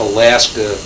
Alaska